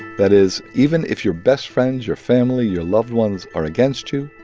that is, even if your best friends, your family, your loved ones are against you,